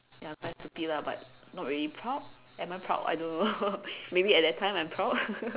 ya quite dirty lah but not really proud am I proud I don't know maybe at that time I am proud